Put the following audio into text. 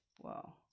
wow